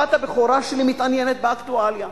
הבת הבכורה שלי מתעניינת באקטואליה.